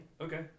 Okay